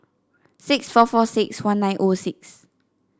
six four four six one nine zero six